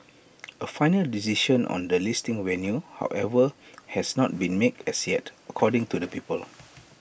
A final decision on the listing venue however has not been made as yet according to the people